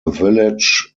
village